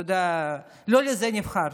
אתה יודע, לא לזה נבחרנו.